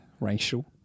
Racial